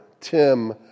Tim